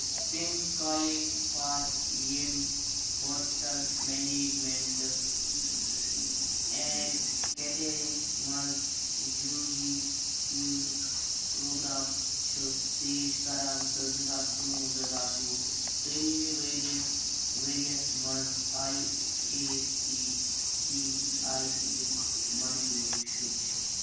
تِم کالج ژھار یِم ہوٹل میٚنیجمیٚنٛٹ اینٛڈ کیٹرِنٛگ مَنٛز یوٗ جی لیولُک پروگرام چھِ پیش کران تہٕ زٕ ساس کُنہٕ وُہ زٕ ساس وُہ تعلیٖمی ؤرۍ یَس ؤرۍ یس مَنٛز I A C T I یُک منظور شُدٕ چھُ